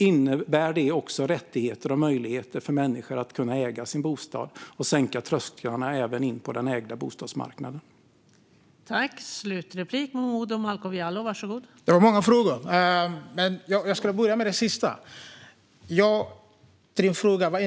Innebär den också rättigheter och möjligheter för människor att kunna äga sin bostad så att trösklarna in till den ägda bostadsmarknaden kan sänkas?